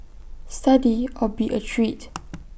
study or be A treat